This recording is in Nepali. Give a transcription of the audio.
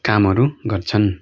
कामहरू गर्छन्